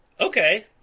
Okay